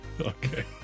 okay